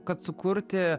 kad sukurti